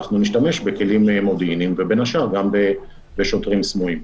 אנחנו נשתמש בכלים מודיעיניים ובין השאר גם בשוטרים סמויים.